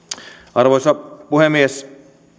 arvoisa puhemies